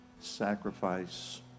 Sacrifice